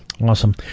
awesome